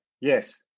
yes